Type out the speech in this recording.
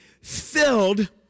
filled